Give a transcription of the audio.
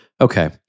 Okay